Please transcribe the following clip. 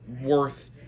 worth